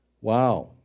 Wow